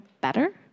better